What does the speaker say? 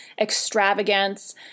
extravagance